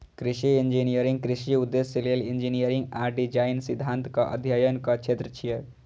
कृषि इंजीनियरिंग कृषि उद्देश्य लेल इंजीनियरिंग आ डिजाइन सिद्धांतक अध्ययनक क्षेत्र छियै